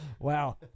Wow